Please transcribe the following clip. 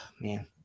man